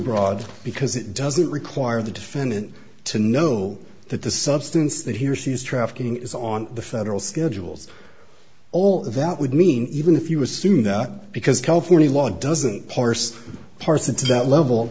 overbroad because it doesn't require the defendant to know that the substance that he or she is trafficking is on the federal schedules all that would mean even if you assume that because california law doesn't parse parse it to that level